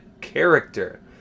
character